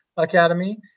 Academy